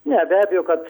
ne be abejo kad